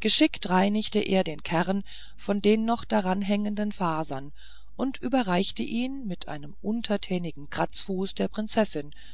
geschickt reinigte er den kern von den noch daran hängenden fasern und überreichte ihn mit einem untertänigen kratzfuß der prinzessin